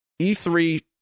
e3